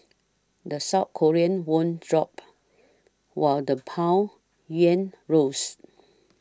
the South Korean won dropped while the pond rose